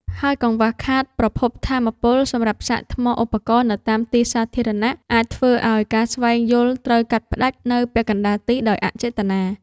ហើយកង្វះខាតប្រភពថាមពលសម្រាប់សាកថ្មឧបករណ៍នៅតាមទីសាធារណៈ អាចធ្វើឱ្យការស្វែងយល់ត្រូវកាត់ផ្ដាច់នៅពាក់កណ្ដាលទីដោយអចេតនា។